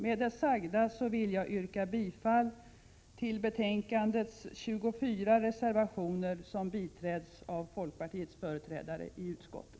Med det sagda vill jag yrka bifall till betänkandets 24 reservationer som biträds av folkpartiets företrädare i utskottet.